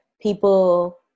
people